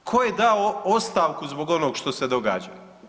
Tko je dao ostavku zbog onog što se događa?